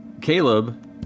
Caleb